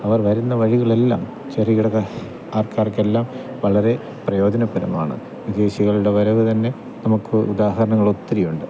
അവർ വരുന്ന വഴികളെല്ലാം ചെറുകിട ആൾക്കാർക്കെല്ലാം വളരെ പ്രായോജനപ്പെടുന്നാണ് വിദേശികളുടെ വരവുതന്നെ നമുക്ക് ഉദാഹരണങ്ങൾ ഒത്തിരിയുണ്ട്